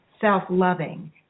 self-loving